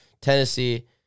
Tennessee